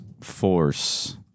Force